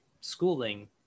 schooling